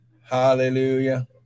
Hallelujah